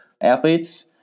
athletes